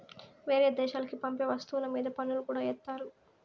వేరే దేశాలకి పంపే వస్తువుల మీద పన్నులు కూడా ఏత్తారు